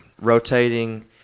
rotating